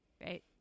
right